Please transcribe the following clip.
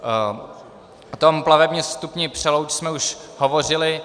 O plavebním stupni Přelouč jsme už hovořili.